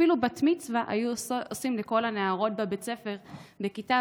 אפילו בת-מצווה היו עושים לכל הנערות בבית ספר בכיתה